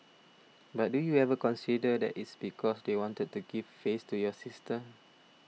but do you ever consider that it's because they wanted to give face to your sister